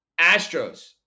Astros